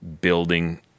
building